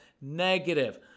negative